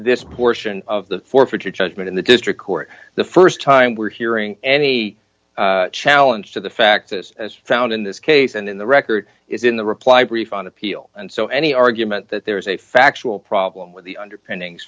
this portion of the forfeiture judgment in the district court the st time we're hearing any challenge to the fact this is found in this case and in the record is in the reply brief on appeal and so any argument that there is a factual problem with the underpinnings